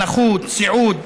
סיעוד,